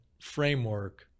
framework